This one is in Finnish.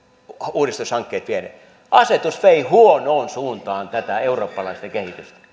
uudistushankkeet vieneet asetus vei huonoon suuntaan tätä eurooppalaista kehitystä